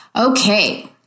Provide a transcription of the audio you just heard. Okay